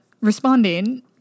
responding